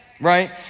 right